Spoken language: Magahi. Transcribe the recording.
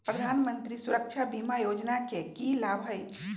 प्रधानमंत्री सुरक्षा बीमा योजना के की लाभ हई?